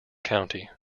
county